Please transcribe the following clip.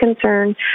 concern